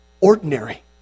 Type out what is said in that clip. ordinary